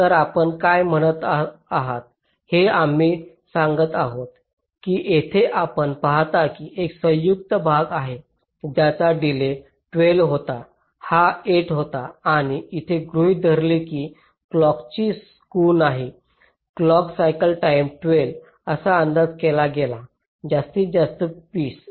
तर आपण काय म्हणत आहात हे आम्ही सांगत आहोत की येथे आपण पाहता की एक संयुक्त भाग आहे ज्याचा डिलेज 12 होता हा 8 होता आणि असे गृहीत धरले की क्लॉकाची स्क्यू नाही क्लॉक सायकल टाईम 12 असा अंदाज केला गेला जास्तीत जास्त पीस